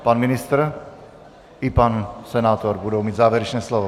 Pan ministr i pan senátor budou mít závěrečné slovo.